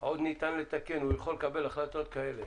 עוד ניתן לתקן, הוא יכול לקבל החלטות כאלה